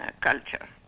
culture